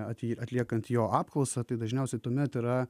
at atliekant jo apklausą tai dažniausiai tuomet yra